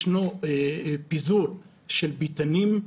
ישנו פיזור של ביתנים,